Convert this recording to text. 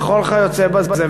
כל היוצא בזה.